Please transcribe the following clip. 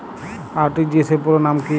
RTGS পুরো নাম কি?